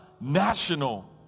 national